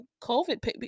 COVID